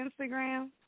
Instagram